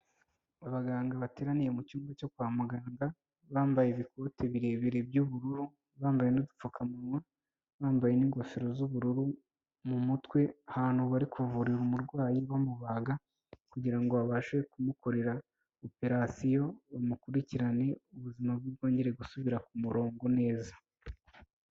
Abaganga bateraniye mu cyumba cyo kwa muganga, bambaye ibikote birebire by'ubururu, bambaye n'udupfukamunwa, bambaye n'ingofero z'ubururu mu mutwe, ahantu bari kuvura umurwayi bamubaga kugira ngo babashe kumukorera operation, bamukurikirane ubuzima bwe bwongere gusubira ku murongo neza.